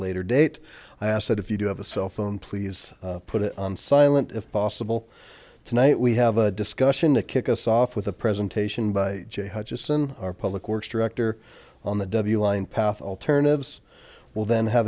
later date i ask that if you do have a cell phone please put it on silent if possible tonight we have a discussion to kick us off with a presentation by jay hutchison our public works director on the w line path alternatives will then h